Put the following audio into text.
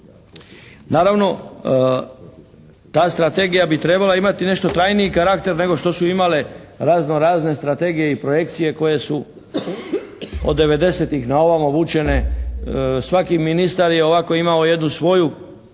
Naravno, ta strategija bi trebala imati nešto trajniji karakter nego što su imale razno razne strategije i projekcije koje su od 90-ih na ovamo vučene. Svaki ministar je ovako imao jednu svoju kategoriju